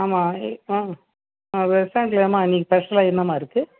ஆமாம் உங்கள் ரெஸ்டாரண்ட்டில் ஏன்மா இன்னைக்கு ஸ்பெஷலாக என்னம்மா இருக்குது